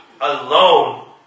alone